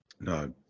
no